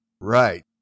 Right